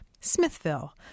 Smithville